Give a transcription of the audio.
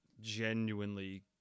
genuinely